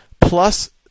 plus